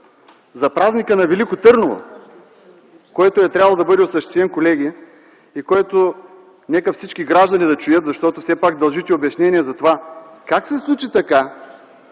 за Празника на гр. Велико Търново, който е трябвало да бъде осъществен. Нека всички граждани да чуят, защото все пак дължите обяснение. Как се случи така,